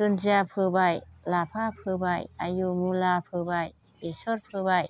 दुन्दिया फोबाय लाफा फोबाय आयौ मुला फोबाय बेसर फोबाय